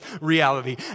reality